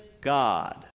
God